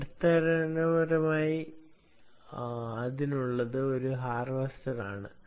അടിസ്ഥാനപരമായി അതിനുള്ളത് ഒരു ഹാർവെസ്റ്റർ ആണ്